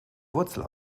wurzel